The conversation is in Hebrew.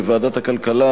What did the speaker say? בוועדת הכלכלה,